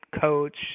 coach